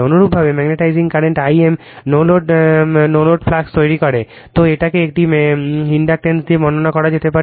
অনুরূপভাবে magnetising current Im no load flux তৈরি করে তো এটাকে একটি ইনডাকটেন্স দিয়ে বর্ণনা করা যেতে পারে